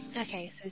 Okay